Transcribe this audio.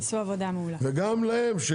וגם להם.